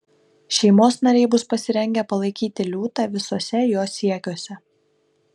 šeimos nariai bus pasirengę palaikyti liūtą visuose jo siekiuose